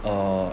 uh